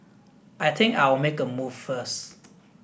I think I'll make a move first